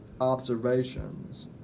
observations